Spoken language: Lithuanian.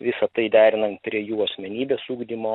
visa tai derinant prie jų asmenybės ugdymo